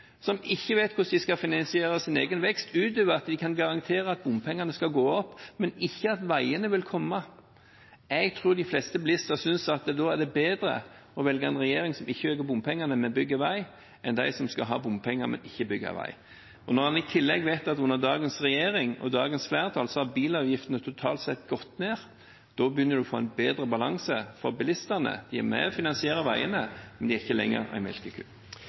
de ikke vet hvordan de skal finansiere sin egen vekst, utover at de kan garantere at bompengene skal gå opp, men ikke at veiene vil komme. Jeg tror de fleste bilister synes det da er bedre å velge en regjering som ikke øker bompengene, men bygger vei, enn en som skal ha bompengene, men ikke bygger vei. Når man i tillegg vet at under dagens regjering og dagens flertall har bilavgiftene totalt sett gått ned, begynner man å få en bedre balanse for bilistene. De er med på å finansiere veiene, men de er ikke lenger en melkeku.